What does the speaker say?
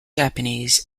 japanese